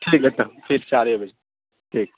ٹھیک ہے تب پھر چارے بجے ٹھیک